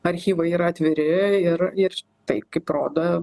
archyvai yra atviri ir ir tai kaip rodo